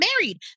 married